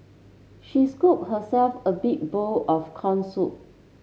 she scooped herself a big bowl of corn soup